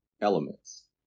elements